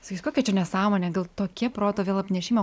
sakys kokia čia nesąmonė gal tokia proto vėl apnešimo